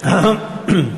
נתקבלו.